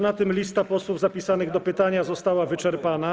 Na tym lista posłów zapisanych do pytań została wyczerpana.